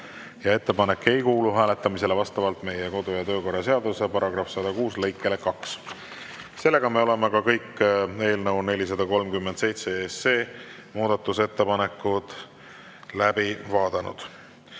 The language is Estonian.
Ettepanek ei kuulu hääletamisele vastavalt meie kodu- ja töökorra seaduse § 106 lõikele 2. Oleme kõik eelnõu 437 muudatusettepanekud läbi vaadanud.